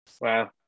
Wow